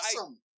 awesome